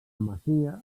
masia